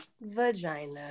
vagina